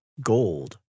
Gold